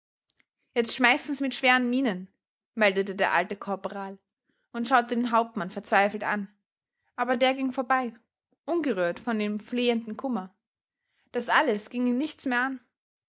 jetzt schmeißens mit schweren minen meldete der alte korporal und schaute den hauptmann verzweifelt an aber der ging vorbei ungerührt von dem flehenden kummer das alles ging ihn nichts mehr an